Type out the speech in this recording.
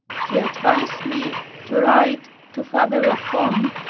he advised me to write to father la combe,